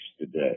today